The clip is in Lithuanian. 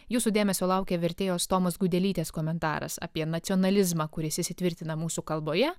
jūsų dėmesio laukia vertėjos tomos gudelytės komentaras apie nacionalizmą kuris įsitvirtina mūsų kalboje